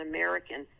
American